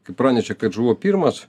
kai pranešė kad žuvo pirmas